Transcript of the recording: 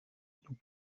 nous